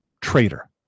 Traitor